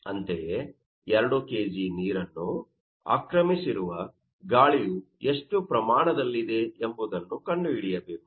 ಅಂತೆಯೇ 2 kg ನೀರನ್ನು ಆಕ್ರಮಿಸಿರುವ ಗಾಳಿಯು ಎಷ್ಟು ಪ್ರಮಾಣದಲ್ಲಿದೆ ಎಂಬುದನ್ನು ಕಂಡುಹಿಡಿಯಬೇಕು